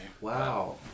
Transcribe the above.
Wow